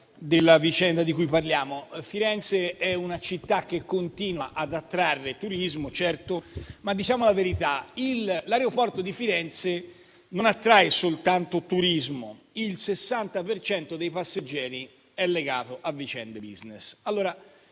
della vicenda di cui parliamo. Firenze è una città che continua ad attrarre turismo, ma a dire la verità l'aeroporto di Firenze non attrae soltanto turismo: il 60 per cento dei passeggeri, infatti, è legato a vicende *business.*